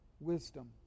wisdom